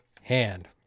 hand